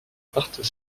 partent